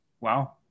Wow